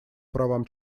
правам